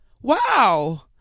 wow